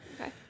Okay